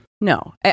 No